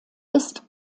ist